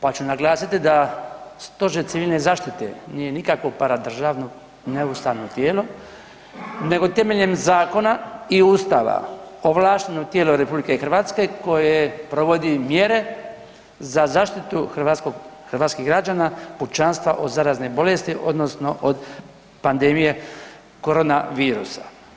Pa ću naglasiti da stožer civilne zaštite nije nikakvo paradržavno, neustavno tijelo nego temeljem zakona i Ustava ovlašteno tijelo RH koje provodi mjere za zaštitu hrvatskih građana, pučanstva od zarazne bolesti odnosno od pandemije koronavirusa.